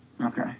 Okay